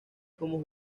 como